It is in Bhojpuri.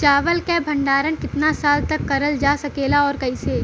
चावल क भण्डारण कितना साल तक करल जा सकेला और कइसे?